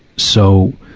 so,